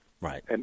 Right